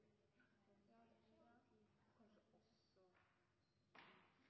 det ligger nå, men også